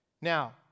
Now